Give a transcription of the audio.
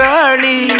early